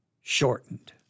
shortened